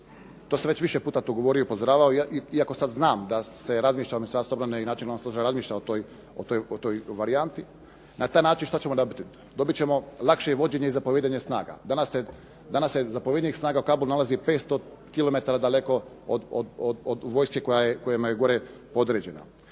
To sam već više puta tu govorio i upozoravao, iako sad znam da se razmišlja o Ministarstvu obrane i …/Govornik se ne razumije./… razmišlja o toj varijanti. Na taj način što ćemo dobiti? Dobit ćemo lakše vođenje i zapovijedanje snaga. Danas se zapovjednik snaga u …/Govornik se ne razumije./… nalazi 500 kilometara daleko od vojske kojima je gore podređeno.